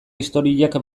historiak